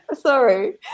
Sorry